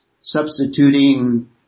substituting